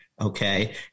okay